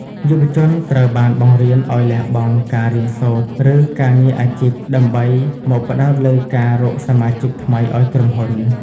យុវជនត្រូវបានបង្រៀនឱ្យ "លះបង់" ការរៀនសូត្រ ឬការងារអាជីព ដើម្បីមកផ្តោតលើការរកសមាជិកថ្មីឱ្យក្រុមហ៊ុន។